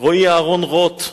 רועי אהרן רוט,